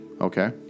Okay